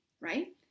right